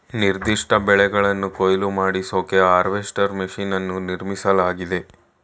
ನಿರ್ದಿಷ್ಟ ಬೆಳೆಗಳನ್ನು ಕೊಯ್ಲು ಮಾಡಿಸೋಕೆ ಹಾರ್ವೆಸ್ಟರ್ ಮೆಷಿನ್ ಅನ್ನು ನಿರ್ಮಿಸಲಾಗಿದೆ